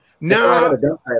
no